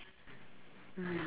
mm